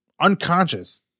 Unconscious